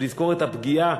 ולזכור את הפגיעה,